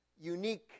unique